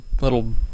little